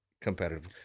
competitive